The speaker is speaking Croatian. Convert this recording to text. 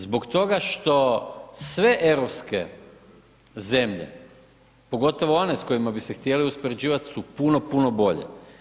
Zbog toga što sve europske zemlje, pogotovo one s kojima bi se htjeli uspoređivat su puno, puno bolje.